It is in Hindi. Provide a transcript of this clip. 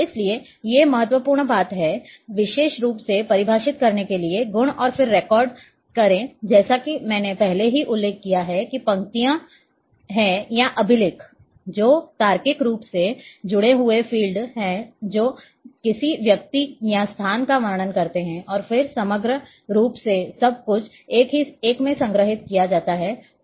इसलिए ये बहुत महत्वपूर्ण बात हैं विशेष रूप से परिभाषित करने के लिए गुण और फिर रिकॉर्ड करें जैसा कि मैंने पहले ही उल्लेख किया है कि ये पंक्तियां है या अभिलेख जो तार्किक रूप से जुड़े हुए फ़ील्ड हैं जो किसी व्यक्ति या स्थान का वर्णन करते हैं और फिर समग्र रूप से सब कुछ एक में संग्रहीत किया जाता है फ़ाइल